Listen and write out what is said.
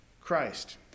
christ